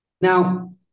Now